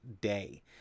day